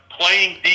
playing